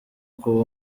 kuba